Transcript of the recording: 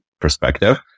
perspective